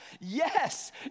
yes